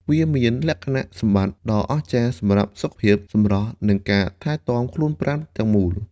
វាមានលក្ខណៈសម្បត្តិដ៏អស្ចារ្យសម្រាប់សុខភាព សម្រស់ និងការថែទាំខ្លួនប្រាណទាំងមូល។